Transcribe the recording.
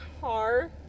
car